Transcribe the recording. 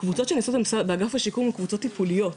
הקבוצות שנעשו באגף השיקום הן קבוצות טיפוליות,